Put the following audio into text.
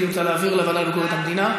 גברתי רוצה להעביר לוועדה לביקורת המדינה?